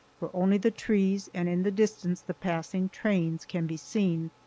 where only the trees, and, in the distance, the passing trains can be seen.